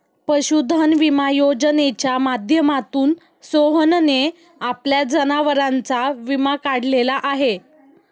पशुधन विमा योजनेच्या माध्यमातून सोहनने आपल्या जनावरांचा विमा काढलेला आहे